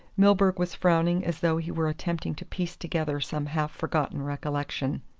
milburgh was frowning as though he were attempting to piece together some half-forgotten recollection.